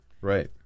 right